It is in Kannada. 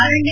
ಅರಣ್ಯ